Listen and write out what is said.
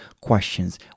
questions